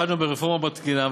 התחלנו ברפורמה בתקינה,